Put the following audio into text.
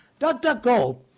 DuckDuckGo